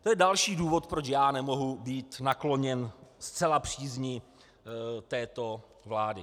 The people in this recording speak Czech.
To je další důvod, proč já nemohu být nakloněn zcela přízni této vlády.